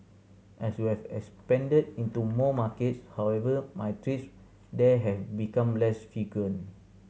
as we have expanded into more markets however my there have become less frequent